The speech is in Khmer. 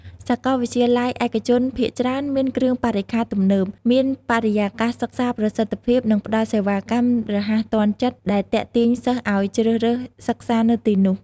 សាកលវិទ្យាល័យឯកជនភាគច្រើនមានគ្រឿងបរិក្ខារទំនើប មានបរិយាកាសសិក្សាប្រសិទ្ធភាព និងផ្ដល់សេវាកម្មរហ័សទាន់ចិត្ត ដែលទាក់ទាញសិស្សឲ្យជ្រើសរើសសិក្សានៅទីនោះ។